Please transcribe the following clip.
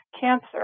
cancer